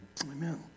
Amen